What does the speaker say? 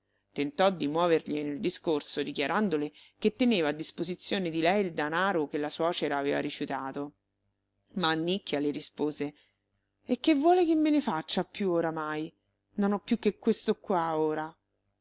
tentò di muovergliene il discorso dichiarandole che teneva a disposizione di lei il danaro che la suocera aveva rifiutato ma annicchia le rispose e che vuole che me ne faccia più oramai non ho più che questo qua ora